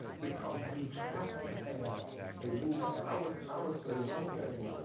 because we have to have a movement. and i would i would say one thing.